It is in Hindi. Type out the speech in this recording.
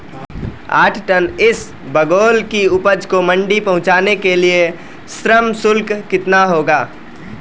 आठ टन इसबगोल की उपज को मंडी पहुंचाने के लिए श्रम शुल्क कितना होगा?